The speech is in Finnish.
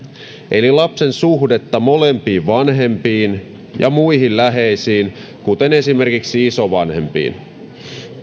eli lapsen suhdetta molempiin vanhempiin ja muihin läheisiin kuten esimerkiksi isovanhempiin